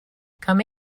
come